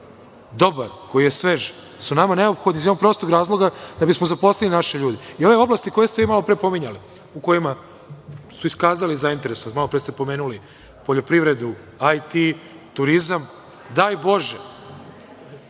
dobar, koji je svež su nama neophodni iz jednog prostog razloga da bismo zaposlili naše ljude. Ove oblasti koje ste vi malopre pominjali, u kojima su iskazali zainteresovanost, malopre ste pomenuli poljoprivredu, IT, turizam, daj Bože